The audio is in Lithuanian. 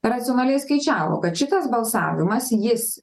racionaliai skaičiavo kad šitas balsavimas jis